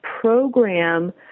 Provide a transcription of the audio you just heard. program